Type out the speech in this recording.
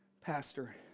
Pastor